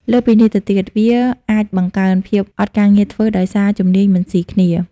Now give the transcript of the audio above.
លើសពីនេះទៅទៀត វាអាចបង្កើន ភាពអត់ការងារធ្វើដោយសារជំនាញមិនស៊ីគ្នា ។